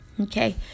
okay